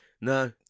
No